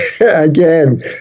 again